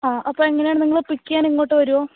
ആ അപ്പോള് എങ്ങനെയാണു നിങ്ങള് പിക്കെയ്യാൻ ഇങ്ങോട്ടു വരുമോ